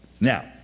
Now